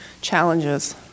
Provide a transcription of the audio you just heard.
challenges